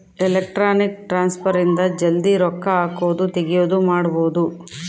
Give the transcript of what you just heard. electronic transfer ಇಂದ ಜಲ್ದೀ ರೊಕ್ಕ ಹಾಕೋದು ತೆಗಿಯೋದು ಮಾಡ್ಬೋದು